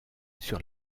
sur